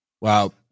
Wow